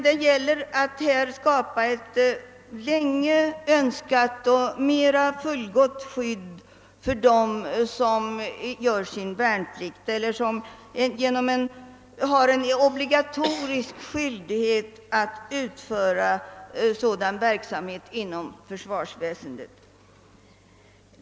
Det gäller att skapa ett sedan länge önskat fullgott skydd för dem som skadas under värnpliktstjänstgöring eller annan obligatorisk tjänstgöring inom försvarsväsendet.